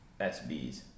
SBS